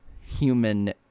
human